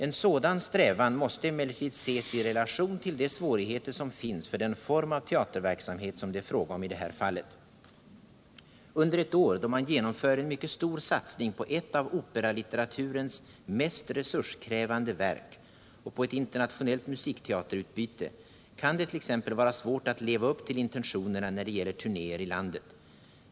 En sådan strävan måste emellertid ses i relation till de svårigheter som finns för den form av teaterverksamhet som det är fråga om i det här fallet. Under ett år då man genomför en mycket stor satsning på ett av operalitteraturens mest resurskrävande verk och på ett internationellt musikteaterutbyte kan det t.ex. vara svårt att leva upp till intentionerna när det gäller turnéer i landet.